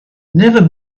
never